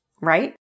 right